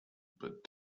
but